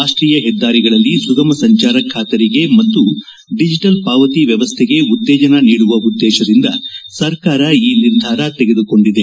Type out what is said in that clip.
ರಾಷ್ಲೀಯ ಹೆದ್ದಾರಿಗಳಲ್ಲಿ ಸುಗಮ ಸಂಚಾರ ಬಾತರಿಗೆ ಮತ್ತು ಡಿಜಿಟಲ್ ಪಾವತಿ ವ್ಯವಸ್ಥೆಗೆ ಉತ್ತೇಜನ ನೀಡುವ ಉದ್ಗೇಶದಿಂದ ಸರ್ಕಾರ ಈ ನಿರ್ಧಾರ ತೆಗೆದುಕೊಂಡಿದೆ